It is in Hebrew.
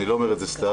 אני לא אומר את זה סתם,